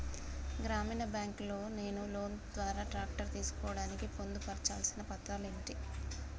గ్రామీణ బ్యాంక్ లో నేను లోన్ ద్వారా ట్రాక్టర్ తీసుకోవడానికి పొందు పర్చాల్సిన పత్రాలు ఏంటివి?